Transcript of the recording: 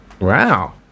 wow